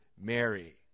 Mary